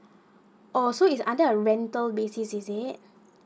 also is under rental basis is it